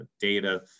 data